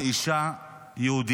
שיכבד